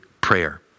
prayer